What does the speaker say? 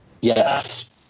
Yes